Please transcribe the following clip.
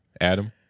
Adam